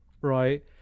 right